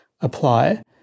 apply